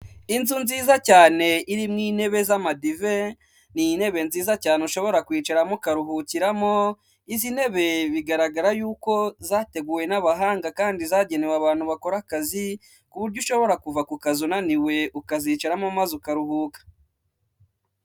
Inzu nziza cyane irimo intebe z'amadive, ni intebe nziza cyane ushobora kwicaramo ukaruhukiramo, izi ntebe bigaragara yuko zateguwe n'abahanga kandi zagenewe abantu bakora akazi ku buryo ushobora kuva ku kazi unaniwe ukazicaramo maze ukaruhuka.